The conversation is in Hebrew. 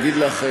אני אגיד לך,